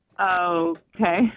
okay